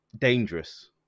dangerous